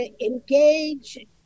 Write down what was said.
engage